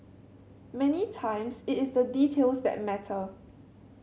many times it is the details that matter